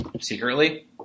secretly